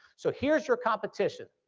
so here's your competition.